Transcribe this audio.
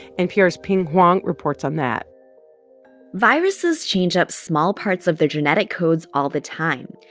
npr's pien huang reports on that viruses change up small parts of their genetic codes all the time.